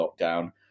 lockdown